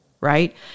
right